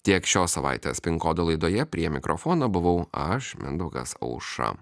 tiek šios savaitės pin kodo laidoje prie mikrofono buvau aš mindaugas auša